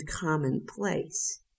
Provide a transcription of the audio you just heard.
commonplace